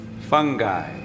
fungi